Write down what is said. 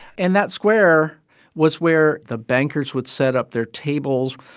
and that square was where the bankers would set up their tables.